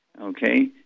okay